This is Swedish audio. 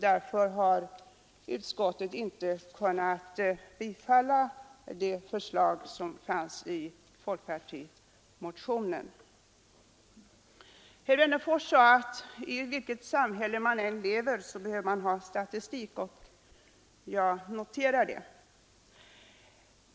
Därför har utskottet inte kunnat tillstyrka förslaget i folkpartimotionen. Herr Wennerfors sade att vilket samhälle man än lever i behöver man ha statistik, och jag noterar det.